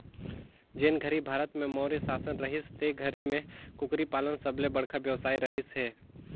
जेन घरी भारत में मौर्य सासन रहिस ते घरी में कुकरी पालन सबले बड़खा बेवसाय रहिस हे